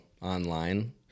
online